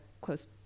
close